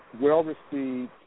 well-received